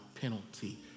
penalty